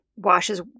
Washes